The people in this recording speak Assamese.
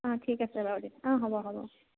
অঁ ঠিক আছে বাৰু দিয়ক অঁ হ'ব হ'ব